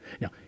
Now